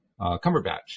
Cumberbatch